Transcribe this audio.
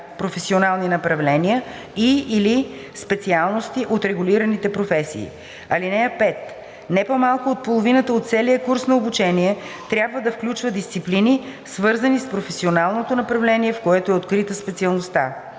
професионални направления и/или специалности от регулираните професии. (5) Не по-малко от половината от целия курс на обучение трябва да включва дисциплини, свързани с професионалното направление, в което е открита специалността.